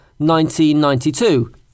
1992